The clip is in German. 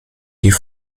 die